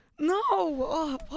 No